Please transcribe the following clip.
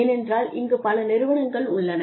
ஏனென்றால் இங்குப் பல நிறுவனங்கள் உள்ளன